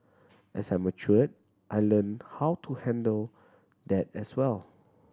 as I matured I learnt how to handle that as well